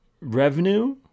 revenue